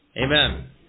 Amen